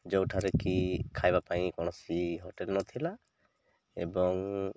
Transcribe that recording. ଯେଉଁଠାରେ କି ଖାଇବା ପାଇଁ କୌଣସି ହୋଟେଲ୍ ନଥିଲା ଏବଂ